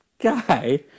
Guy